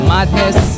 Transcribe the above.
Madness